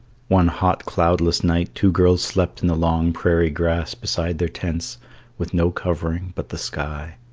one hot cloudless night two girls slept in the long prairie grass beside their tents with no covering but the sky.